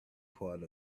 part